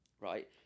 right